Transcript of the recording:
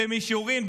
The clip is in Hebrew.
במישרין,